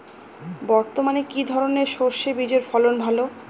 বর্তমানে কি ধরনের সরষে বীজের ফলন ভালো?